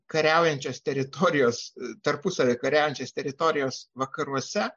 kariaujančios teritorijos tarpusavyje kariaujančios teritorijos vakaruose